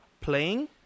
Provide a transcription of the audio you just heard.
playing